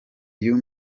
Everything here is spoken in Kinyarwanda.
you